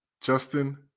Justin